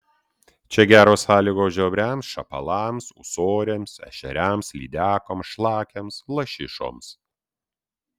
čia geros sąlygos žiobriams šapalams ūsoriams ešeriams lydekoms šlakiams lašišoms